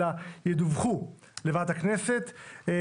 אלא ידווחו לוועדת הכנסת.